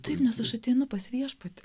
taip nes aš ateinu pas viešpatį